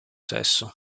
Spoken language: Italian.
sesso